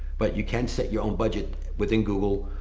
but you can set your own budget within google,